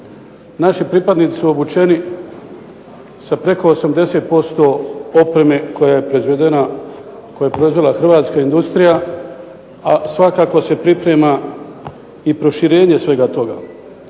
naši pripadnici su obučeni sa preko 70% opreme koja je proizvedena, koju je proizvela hrvatska industrija, a svakako se priprema i proširenje svega toga.